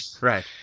right